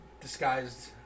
Disguised